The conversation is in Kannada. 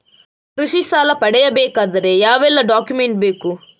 ಕೃಷಿ ಸಾಲ ಪಡೆಯಬೇಕಾದರೆ ಯಾವೆಲ್ಲ ಡಾಕ್ಯುಮೆಂಟ್ ಬೇಕು?